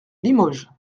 limoges